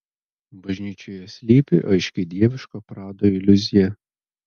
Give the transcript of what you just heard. bažnyčioje slypi aiški dieviško prado iliuzija